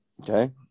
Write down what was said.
okay